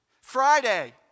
Friday